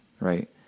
right